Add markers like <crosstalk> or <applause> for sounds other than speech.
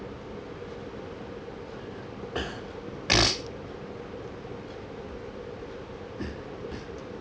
<coughs> <noise>